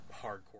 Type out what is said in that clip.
hardcore